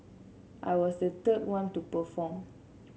I was the third one to perform